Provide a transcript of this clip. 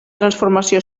transformació